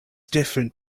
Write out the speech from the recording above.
different